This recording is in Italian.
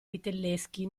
vitelleschi